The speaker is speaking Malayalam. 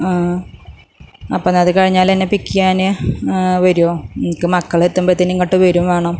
അപ്പം എന്നാൽ അത് കഴിഞ്ഞാല് എന്നെ പിക്ക് ചെയ്യാന് വരുമോ എനിക്ക് മക്കളെത്തുമ്പത്തേനും ഇങ്ങോട്ട് വരികയും വേണം